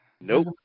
Nope